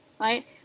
right